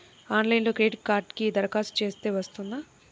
ఆన్లైన్లో క్రెడిట్ కార్డ్కి దరఖాస్తు చేస్తే వస్తుందా?